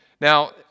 Now